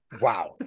Wow